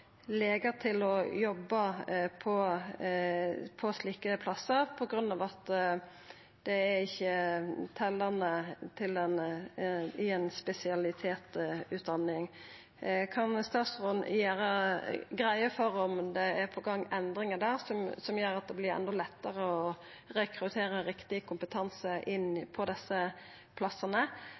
til å jobba på slike plassar på grunn av at det ikkje er teljande i ei spesialistutdanning. Kan statsråden gjera greie for om det er på gang endringar der som gjer at det vert endå lettare å rekruttera riktig kompetanse til desse plassane? Er det mogleg at det på nokre av plassane